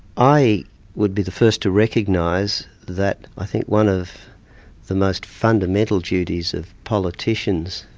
i would be the first to recognise that i think one of the most fundamental duties of politicians,